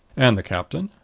and the captain?